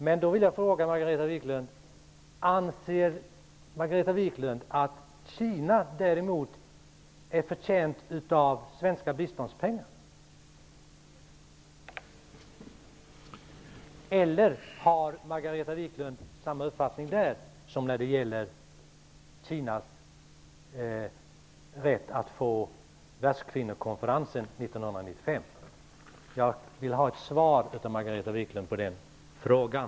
Men jag vill då fråga: Anser Margareta Viklund att Kina däremot har gjort sig förtjänt av svenska biståndspengar? Eller har Margareta Viklund samma uppfattning där som när det gäller Kinas rätt att få världskvinnokonferensen 1995? Jag vill ha ett svar av Margareta Viklund på den frågan.